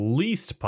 least